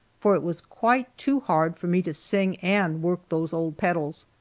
for it was quite too hard for me to sing and work those old pedals.